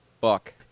Fuck